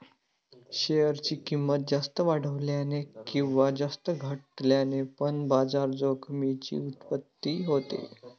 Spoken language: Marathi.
शेअर ची किंमत जास्त वाढल्याने किंवा जास्त घटल्याने पण बाजार जोखमीची उत्पत्ती होते